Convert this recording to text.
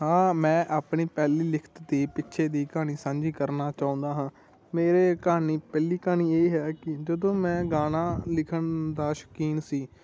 ਹਾਂ ਮੈਂ ਆਪਣੀ ਪਹਿਲੀ ਲਿਖਤ ਦੇ ਪਿੱਛੇ ਦੀ ਕਹਾਣੀ ਸਾਂਝੀ ਕਰਨਾ ਚਾਹੁੰਦਾ ਹਾਂ ਮੇਰੇ ਕਹਾਣੀ ਪਹਿਲੀ ਕਹਾਣੀ ਇਹ ਹੈ ਕਿ ਜਦੋਂ ਮੈਂ ਗਾਣਾ ਲਿਖਣ ਦਾ ਸ਼ੌਕੀਨ ਸੀ